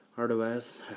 Otherwise